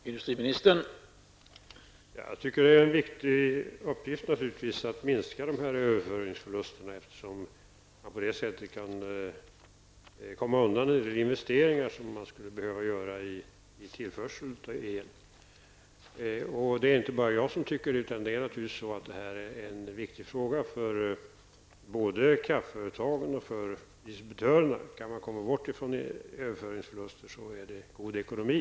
Herr talman! Det är naturligtvis en viktig uppgift att minska dessa överföringsförluster eftersom man på detta sätt kan komma undan de investeringar som skulle behöva göras när det gäller tillförsel av el. Det är inte bara jag som anser detta, utan detta är en viktig fråga både för kraftföretagen och för distributörerna. Kan man komma bort från överföringsförluster är detta god ekonomi.